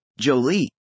Jolie